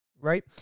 right